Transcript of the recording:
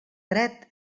dret